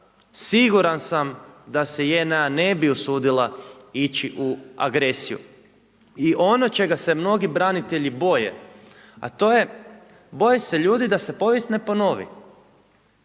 siguran sam da se JNA ne bi usudila ići u agresiju. I ono čega se mnogi branitelji boje, a to je, boje se ljudi da se povijest ne ponovi.